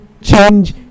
change